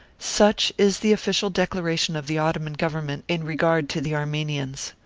such is the official declaration of the ottoman government in regard to the armenians.